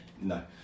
No